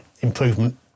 improvement